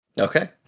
okay